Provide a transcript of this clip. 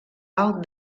alt